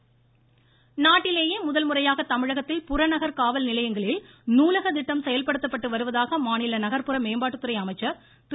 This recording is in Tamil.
வேலுமணி நாட்டிலேயே முதல் முறையாக தமிழகத்தில் புறநகர் காவல் நிலையங்களில் நூலக திட்டம் செயல்படுத்தப்பட்டு வருவதாக மாநில நகர்ப்புற மேம்பாட்டுத்துறை அமைச்சர் திரு